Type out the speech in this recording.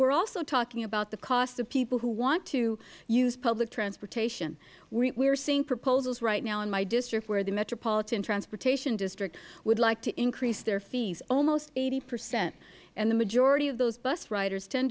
are also talking about the cost of people who want to use public transportation we are seeing proposals right now in my district where the metropolitan transportation district would like to increase their fees almost eighty percent and the majority of those bus riders tend